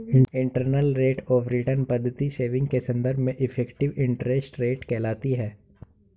internal rate of return पद्धति saving के संदर्भ में इफेक्टिव इंटरेस्ट रेट कहलाती है